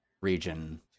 region